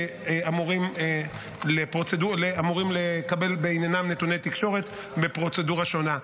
שאמורים לקבל בעניינם נתוני תקשורת בפרוצדורה שונה.